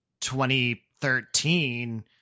2013